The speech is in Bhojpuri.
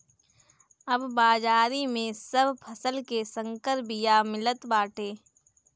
अब बाजारी में सब फसल के संकर बिया मिलत बाटे